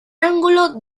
ángulo